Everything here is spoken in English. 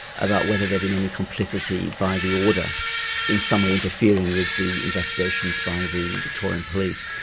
about whether there'd been any complicity by the order in some way interfering with the investigations by the victorian police.